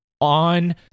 on